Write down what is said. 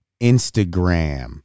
instagram